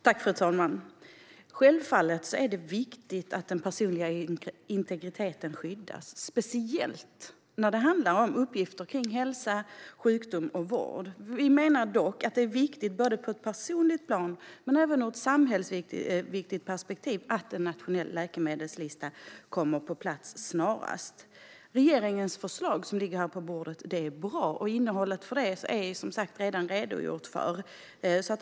Fru talman! Självfallet är det viktigt att den personliga integriteten skyddas, speciellt när det handlar om uppgifter om hälsa, sjukdom och vård. Vi menar dock att det är viktigt både på ett personligt plan och ur ett samhällsperspektiv att en nationell läkemedelslista kommer på plats snarast. Regeringens förslag som ligger på bordet är bra, och innehållet har redan redogjorts för.